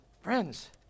friends